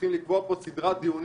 צריכים לקבוע פה סדרת דיונים